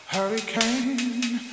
Hurricane